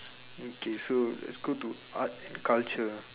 okay so it's good to ask culture